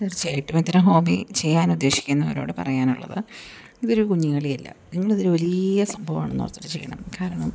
തീർച്ചയായിട്ടും ഇത്തരം ഹോബി ചെയ്യാൻ ഉദ്ദേശിക്കുന്നവരോട് പറയാനുള്ളത് ഇതൊരു കുഞ്ഞുകളി അല്ല നിങ്ങളിതൊരു വലിയ സംഭവമാണെന്ന് ഓർത്തിട്ട് ചെയ്യണം കാരണം